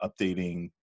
updating